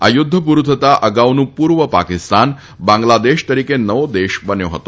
આ યુદ્ધ પુરૂ થતાં અગાઉનું પૂર્વ પાકિસ્તાન બાંગ્લાદેશ તરીકે નવો દેશ બન્યો હતો